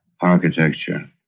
architecture